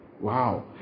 Wow